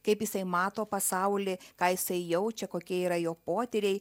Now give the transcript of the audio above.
kaip jisai mato pasaulį ką jisai jaučia kokie yra jo potyriai